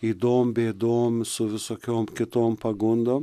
ydom bėdom su visokiom kitom pagundom